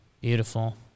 beautiful